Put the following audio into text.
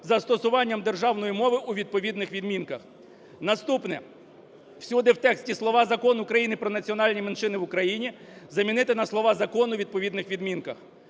застосуванням державної мови" у відповідних відмінках. Наступне. Всюди в тексті слова "Закон України "Про національні меншини в Україні" замінити на слово "Закон" у відповідних відмінках.